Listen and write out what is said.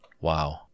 wow